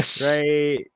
Right